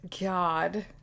God